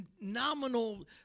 nominal